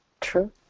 True